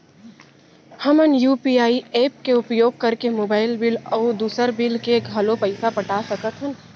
हमन UPI app के उपयोग करके मोबाइल बिल अऊ दुसर बिल के घलो पैसा पटा सकत हन